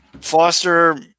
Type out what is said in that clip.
Foster –